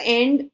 end